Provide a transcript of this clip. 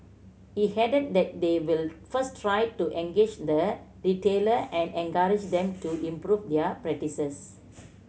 he added that they will first try to engage the retailer and encourage them to improve their practices